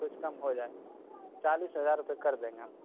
کچھ کم ہو جائے چالیس ہزار روپے کر دیں گے ہم